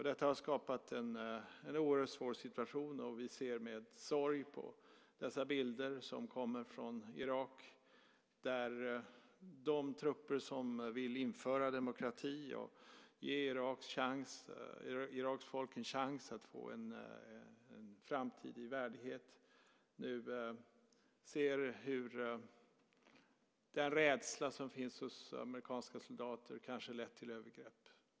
Detta har skapat en oerhört svår situation, och vi ser med sorg på dessa bilder som kommer från Irak av de trupper som vill införa demokrati och ge Iraks folk en chans att få en framtid i värdighet. Vi ser hur den rädsla som finns hos amerikanska soldater kanske lett till övergrepp.